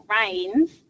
rains